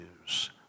news